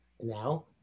now